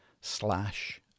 slash